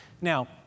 Now